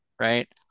right